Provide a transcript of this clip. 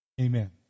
Amen